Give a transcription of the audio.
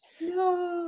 no